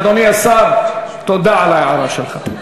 אדוני השר, תודה על ההערה שלך.